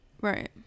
Right